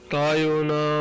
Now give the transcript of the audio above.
Tayona